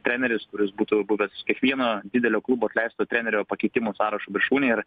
treneris kuris būtų buvęs kiekvieno didelio klubo atleisto trenerio pakeitimų sąrašo viršūnėje ir